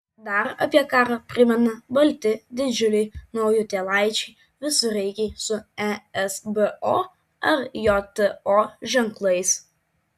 dar apie karą primena balti didžiuliai naujutėlaičiai visureigiai su esbo ar jto ženklais